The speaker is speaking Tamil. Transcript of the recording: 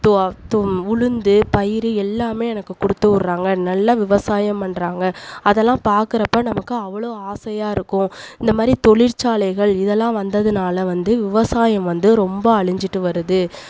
உளுந்து பயிறு எல்லாமே எனக்கு கொடுத்து விட்றாங்க நல்ல விவசாயம் பண்றாங்க அதல்லாம் பார்க்குறப்ப நமக்கு அவ்வளோ ஆசையாக இருக்கும் இந்தமாதிரி தொழில்சாலைகள் இதல்லாம் வந்ததுனால் வந்து விவசாயம் வந்து ரொம்ப அழிஞ்சுட்டு வருது